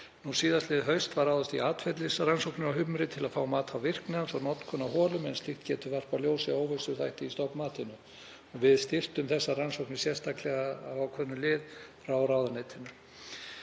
Síðastliðið haust var ráðist í atferlisrannsóknir á humri til að fá mat á virkni hans og notkun á holum en slíkt getur varpað ljósi á óvissuþætti í stofnmati. Við styrktum þessar rannsóknir sérstaklega af ákveðnum lið frá ráðuneytinu.